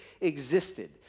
existed